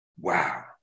Wow